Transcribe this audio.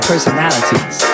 personalities